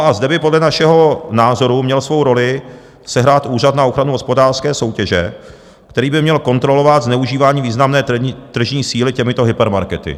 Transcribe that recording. A zde by podle našeho názoru měl svou roli sehrát Úřad na ochranu hospodářské soutěže, který by měl kontrolovat zneužívání významné tržní síly těmito hypermarkety.